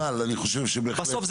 אבל אני חושב שבהחלט אפשר --- בסוף,